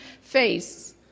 face